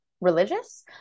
religious